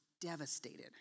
devastated